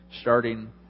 starting